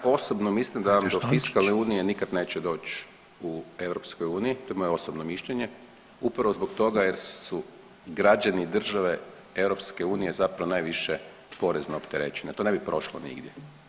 Ja osobno mislim da do fiksane unije nikad neće doć u EU, to je moje osobno mišljenje, upravo zbog toga jer su građani države EU zapravo najviše porezno opterećeni, a to ne bi prošlo nigdje.